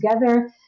together